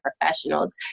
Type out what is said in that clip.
professionals